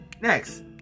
Next